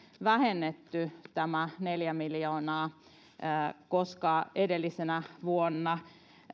vähennetty tämä neljä miljoonaa edellisenä vuonna